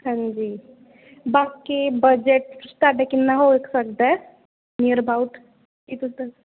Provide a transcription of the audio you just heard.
ਹਾਂਜੀ ਬਾਕੀ ਬਜਟ ਤੁਹਾਡਾ ਕਿੰਨਾ ਹੋ ਸਕਦਾ ਨਿਅਰ ਅਬਾਉਟ